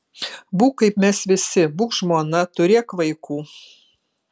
būk kaip mes visi būk žmona turėk vaikų